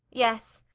yes.